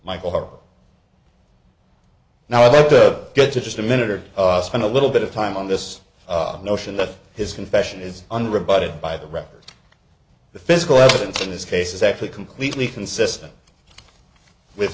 michael r now i have to get to just a minute or spend a little bit of time on this notion that his confession is unrebutted by the record the physical evidence in this case is actually completely consistent with